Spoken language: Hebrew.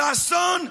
לאסון?